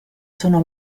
sono